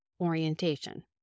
orientation